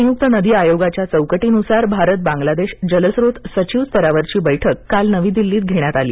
संयुक्त नदी आयोगाच्या चौकटीनुसार भारत बांग्लादेश जलस्रोत सचिव स्तरावरची बैठक काल नवी दिल्लीत घेण्यात आली